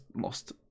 lost